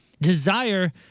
desire